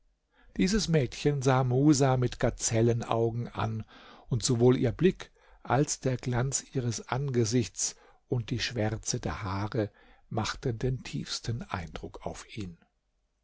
dieses mädchen sah musa mit gazellenaugen an und sowohl ihr blick als der glanz ihres angesichts und die schwärze der haare machten den tiefsten eindruck auf ihn